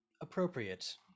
appropriate